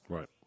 Right